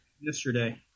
yesterday